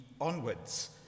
onwards